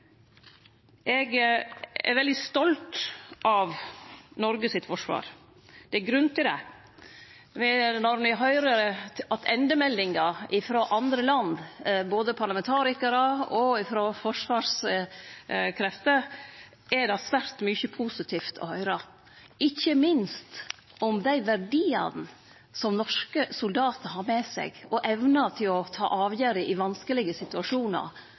Eg er veldig stolt av Noreg sitt forsvar. Det er grunn til det. Når ein høyrer attendemeldinga frå andre land, frå både parlamentarikarar og forsvarskrefter, er det svært mykje positivt å høyre, ikkje minst om dei verdiane som norske soldatar har med seg, og evna til å ta avgjerder i vanskelege situasjonar,